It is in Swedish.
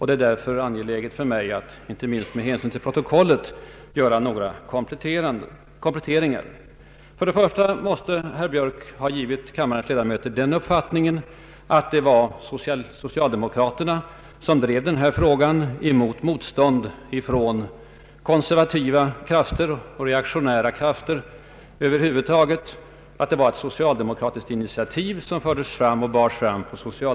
Det är därför angeläget för mig, inte minst med hänsyn till protokollet, att göra några kompletteringar. För det första måste herr Björk ha givit kammarens ledamöter den uppfatt-- ningen att det var socialdemokraterna. som drev frågan med motstånd från konservativa och — som det antyddes — reaktionära krafter. Han menade att det var ett socialdemokratiskt initiativ som fördes vidare.